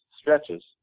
stretches